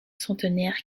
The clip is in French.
centenaires